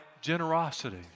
generosity